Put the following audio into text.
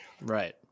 Right